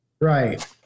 Right